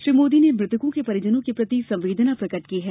श्री मोदी ने मृतकों के परिजनो के प्रति संवेदना प्रकट की है